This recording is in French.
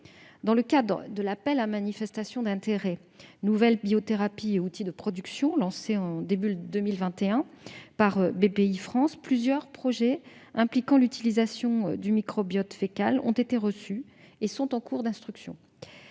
Dans le cadre de l'appel à manifestation d'intérêt « Nouvelles biothérapies et outils de production », lancé début 2021 par Bpifrance, plusieurs projets impliquant l'utilisation de microbiote fécal ont été reçus et sont en cours d'instruction.